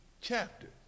chapter